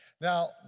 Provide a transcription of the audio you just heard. Now